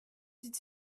dit